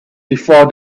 before